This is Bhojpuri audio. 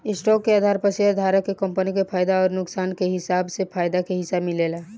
स्टॉक के आधार पर शेयरधारक के कंपनी के फायदा अउर नुकसान के हिसाब से फायदा के हिस्सा मिलेला